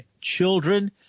children